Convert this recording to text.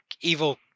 evil